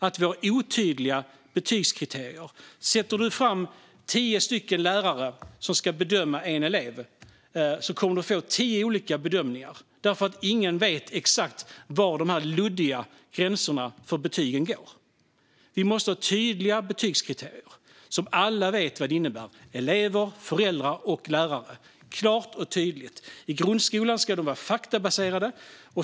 Vi har otydliga betygskriterier. Radar man upp tio lärare som ska bedöma en elev kommer man att få tio olika bedömningar, eftersom ingen exakt vet var de luddiga gränserna för betygen går. Vi måste ha tydliga betygskriterier, så att alla vet vad de innebär - elever, föräldrar och lärare. Det ska vara klart och tydligt. I grundskolan ska de vara faktabaserade.